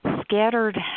scattered